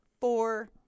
four